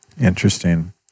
Interesting